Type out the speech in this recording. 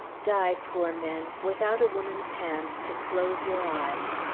die, poor men, without a woman's hand to close your eyes!